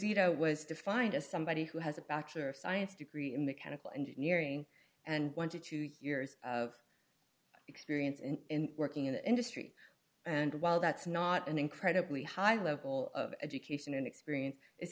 zito was defined as somebody who has a bachelor of science degree in mechanical engineering and one to two years of experience in working in the industry and while that's not an incredibly high level of education and experience i